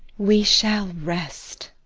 we shall rest.